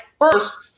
first